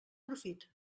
profit